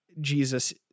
Jesus